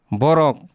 borok